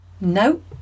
No